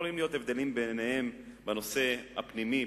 יכולים להיות הבדלים ביניהם בנושא הפנימי,